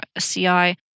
CI